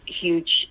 huge